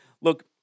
Look